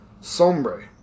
sombre